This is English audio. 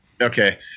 Okay